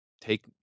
take